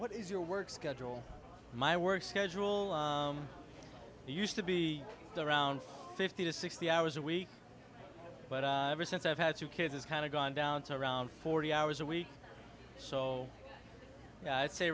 what is your work schedule my work schedule used to be around fifty to sixty hours a week but ever since i've had two kids it's kind of gone down to around forty hours a week so i'd say